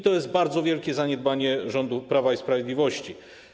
To jest bardzo wielkie zaniedbanie rządu Prawa i Sprawiedliwości.